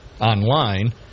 online